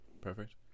perfect